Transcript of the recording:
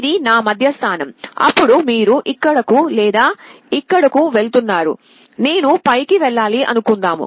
ఇది నా మధ్య స్థానం అప్పుడు మీరు ఇక్కడకు లేదా ఇక్కడకు వెళుతున్నారు నేను పైకి వెళ్ళాలి అనుకుందాము